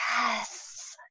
yes